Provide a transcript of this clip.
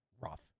rough